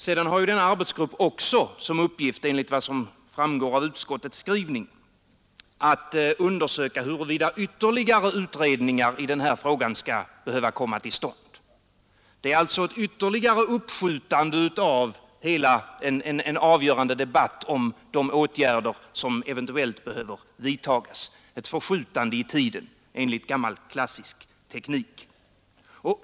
Sedan har denna arbetsgrupp oc till uppgift, enligt vad som framgår av utskottets skrivning, att undersöka huruvida ytterligare utredningar i den här frågan skall behöva komma till stånd. Det är alltså ett ytterligare uppskjutande, enligt gammal kl de åtgärder som eventuellt behöver vidtas.